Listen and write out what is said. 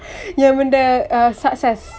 yang benda uh success